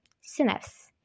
synapse